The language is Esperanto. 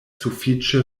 sufiĉe